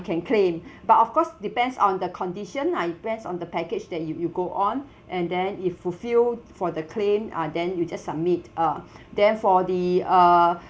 can claim but of course depends on the condition lah depends on the package that you you go on and then if fulfilled for the claim ah then you just submit uh then for the uh